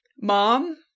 Mom